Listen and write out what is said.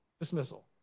dismissal